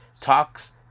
talks